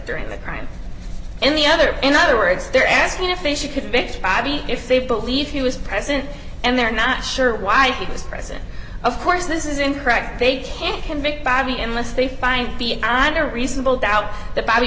during the crime in the other in other words they're asking if they should convict i v if they believe he was present and they're not sure why he was present of course this is incorrect they can't convict badly and must they find the honor reasonable doubt the body